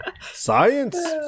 Science